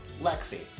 Lexi